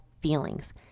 feelings